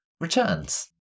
returns